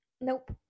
Nope